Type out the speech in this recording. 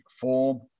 form